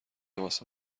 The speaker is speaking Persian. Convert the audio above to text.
واسه